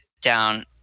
down